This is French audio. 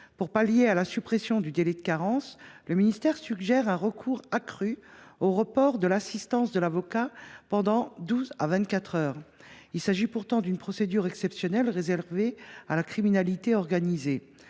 Pour pallier la suppression du délai de carence, le ministère suggère également un recours accru au report de l’assistance d’un avocat pendant douze à vingt quatre heures. Il s’agit pourtant d’une procédure exceptionnelle, réservée à la criminalité organisée…